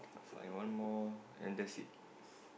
find one more and that's it